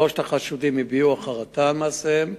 שלושת החשודים הביעו חרטה על מעשיהם.